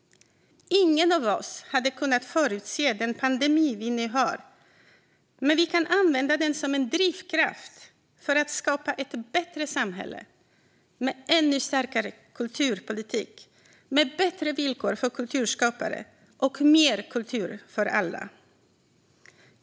Ingen av oss hade kunnat förutse den pandemi vi nu har. Men vi kan använda den som en drivkraft för att skapa ett bättre samhälle med en ännu starkare kulturpolitik med bättre villkor för kulturskapare och mer kultur för alla.